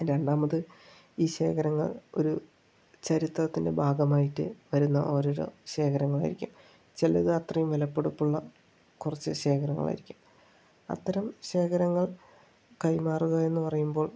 രണ്ടാമത് ഈ ശേഖരങ്ങൾ ഒരു ചരിത്രത്തിൻ്റെ ഭാഗമായിട്ട് വരുന്ന ഓരോരോ ശേഖരങ്ങൾ ആയിരിക്കും ചിലത് അത്രയും വിലപിടിപ്പുള്ള കുറച്ച് ശേഖരങ്ങൾ ആയിരിക്കും അത്തരം ശേഖരങ്ങൾ കൈമാറുക എന്ന് പറയുമ്പോൾ